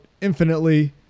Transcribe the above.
infinitely